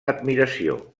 admiració